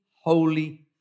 holy